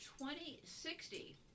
2060